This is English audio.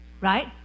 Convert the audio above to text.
right